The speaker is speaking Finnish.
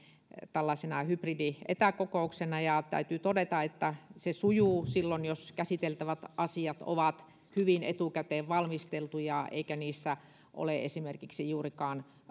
tällaisena hybridietäkokouksena ja täytyy todeta että se sujuu silloin jos käsiteltävät asiat ovat hyvin etukäteen valmisteltuja eikä niissä ole esimerkiksi juurikaan